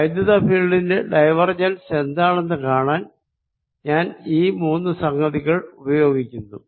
electric ഫീൽഡിന്റെ divergence എന്താണെന്ന് കാണാൻ ഞാൻ ഈ മൂന്നു സംഗതികൾ ഉപയോഗിക്കുന്നു